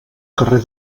carrer